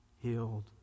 healed